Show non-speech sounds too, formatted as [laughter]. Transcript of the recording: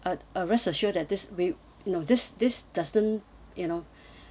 uh uh rest assure that this we no this this doesn't you know [breath]